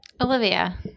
Olivia